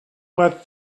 let